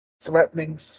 threatening